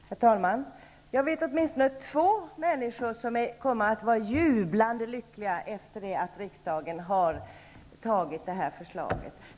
Herr talman! Jag vet åtminstone två människor som kommer att vara jublande lyckliga efter det att riksdagen har antagit detta förslag.